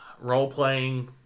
role-playing